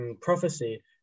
prophecy